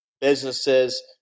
businesses